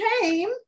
came